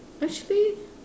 actually